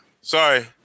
Sorry